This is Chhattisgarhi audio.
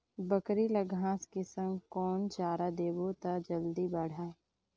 बकरी ल घांस के संग कौन चारा देबो त जल्दी बढाही?